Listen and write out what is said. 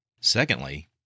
Secondly